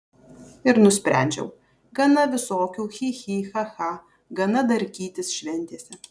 ir nusprendžiau gana visokių chi chi cha cha gana darkytis šventėse